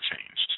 changed